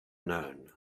known